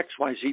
XYZ